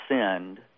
send